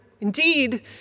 Indeed